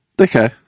Okay